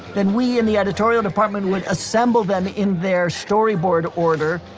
then we and the editorial department would assemble them in their storyboard order,